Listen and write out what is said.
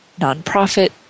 nonprofit